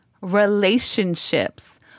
relationships